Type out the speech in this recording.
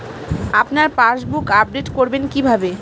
আপনার passbook update করবেন কিভাবে?